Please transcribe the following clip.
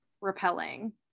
Repelling